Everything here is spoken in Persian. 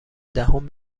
دهم